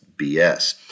BS